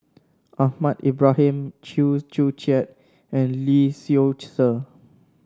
Ahmad Ibrahim Chew Joo Chiat and Lee Seow Ser